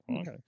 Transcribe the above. okay